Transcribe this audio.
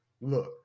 look